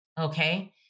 Okay